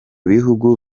bihugu